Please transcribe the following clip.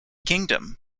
kingdom